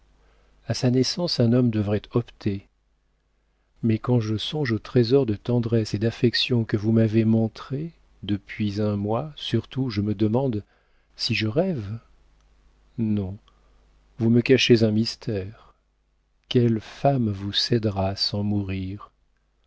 a sa naissance un homme devrait opter mais quand je songe aux trésors de tendresse et d'affection que vous m'avez montrés depuis un mois surtout je me demande si je rêve non vous me cachez un mystère quelle femme vous cédera sans mourir